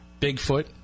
Bigfoot